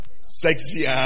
Sexy